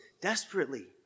desperately